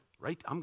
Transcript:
Right